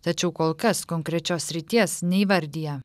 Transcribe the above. tačiau kol kas konkrečios srities neįvardija